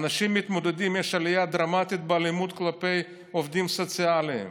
יש עלייה דרמטית באלימות כלפי עובדים סוציאליים.